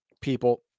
people